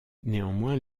néanmoins